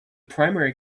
primary